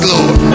Lord